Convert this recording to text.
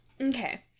Okay